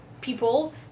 people